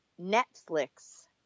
Netflix